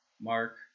Mark